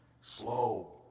slow